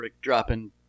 dropping